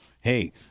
Hey